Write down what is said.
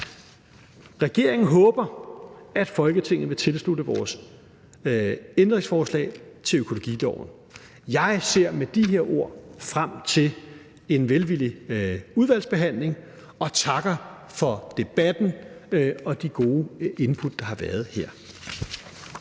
Regeringen håber, at Folketinget vil tilslutte sig vores forslag til ændring af økologiloven. Jeg ser med de her ord frem til en velvillig udvalgsbehandling og takker for debatten og de gode input, der har været her.